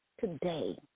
today